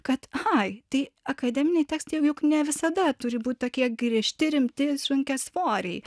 kad ai tai akademiniai tekstai juk ne visada turi būt tokie griežti rimti sunkiasvoriai